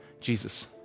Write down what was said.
Jesus